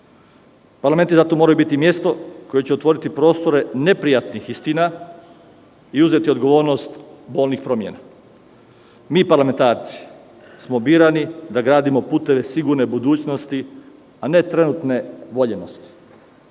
Parlamenti zato moraju biti mesto koje će otvoriti prostore neprijatnih istina i uzeti odgovornost bolnih promena. Mi, parlamentarci, smo birani da gradimo puteve sigurne budućnosti, a ne trenutne voljenosti.